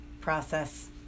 process